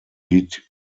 liegt